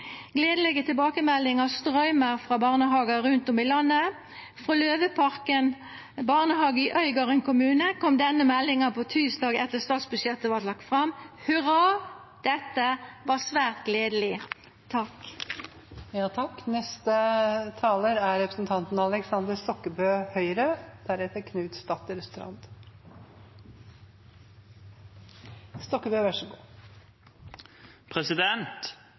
strøymer inn frå barnehagar rundt om i landet. Frå Løveparken barnehage i Øygarden kommune kom denne meldinga på tysdag, etter at statsbudsjettet vart lagt fram: Hurra – dette var svært gledeleg. I urolige tider og når det stormer for den enkelte, er